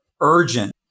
urgent